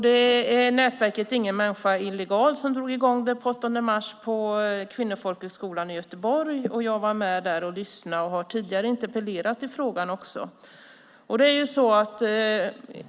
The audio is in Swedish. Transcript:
Det är Nätverket Ingen människa är illegal som drog i gång kampanjen den 8 mars på Kvinnofolkhögskolan i Göteborg. Jag var med där och lyssnade och har tidigare interpellerat i frågan.